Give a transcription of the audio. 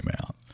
out